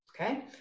Okay